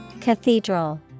Cathedral